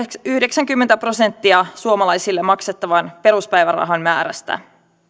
yhdeksänkymmentä prosenttia suomalaisille maksettavan peruspäivärahan määrästä